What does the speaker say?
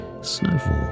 Snowfall